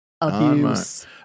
abuse